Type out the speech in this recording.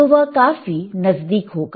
तो वह काफी नजदीक होगा